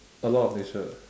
a law of nature